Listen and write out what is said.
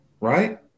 right